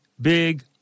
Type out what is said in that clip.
big